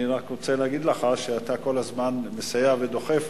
אני רק רוצה להגיד לך שאתה כל הזמן מסייע ודוחף,